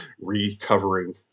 recovering